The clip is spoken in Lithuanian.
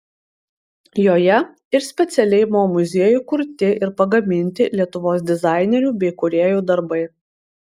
joje ir specialiai mo muziejui kurti ir pagaminti lietuvos dizainerių bei kūrėjų darbai